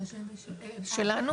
שלנו?